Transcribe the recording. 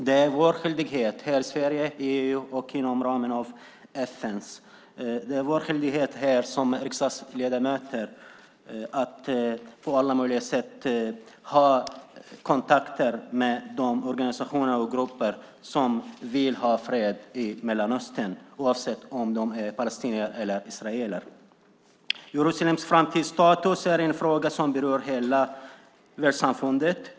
Det är vår skyldighet här i Sverige, i EU och inom ramen för FN, och det är vår skyldighet som riksdagsledamöter, att på alla möjliga sätt ha kontakter med de organisationer och grupper som vill ha fred i Mellanöstern, oavsett om de är palestinier eller israeler. Jerusalems framtida status är en fråga som berör hela världssamfundet.